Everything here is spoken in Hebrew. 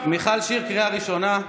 מיכל שיר, קריאה ראשונה.